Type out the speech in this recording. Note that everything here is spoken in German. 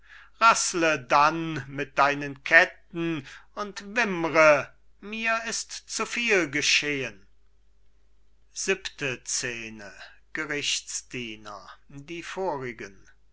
dann mit deinen ketten und wimmre mir ist zu viel geschehen siebente scene gerichtsdiener die vorigen